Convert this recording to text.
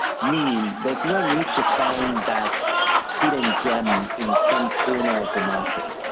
meaning, there's no need to find that hidden gem in some corner of the market.